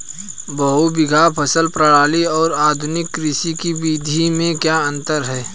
बहुविध फसल प्रणाली और आधुनिक कृषि की विधि में क्या अंतर है?